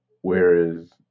Whereas